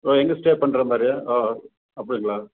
ஓ எங்கே ஸ்டே பண்ணுற மாதிரி ஓ அப்படிங்களா